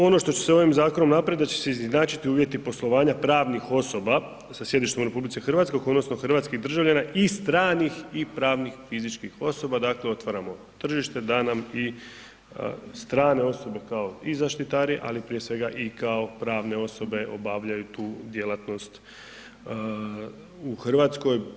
Ono što će se ovim zakonom napraviti da će se izjednačiti uvjeti poslovanja pravnih osoba sa sjedištem u RH odnosno hrvatskih državljana i stranih i pravnih i fizičkih osoba, dakle otvaramo tržište da nam i strane osobe kao i zaštitari, ali i prije svega kao i pravne osobe obavljaju tu djelatnost u Hrvatskoj.